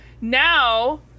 now